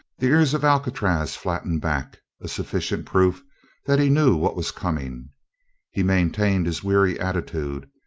the ears of alcatraz flattened back, a sufficient proof that he knew what was coming he maintained his weary attitude,